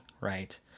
right